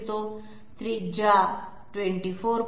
आणि त्रिज्या 24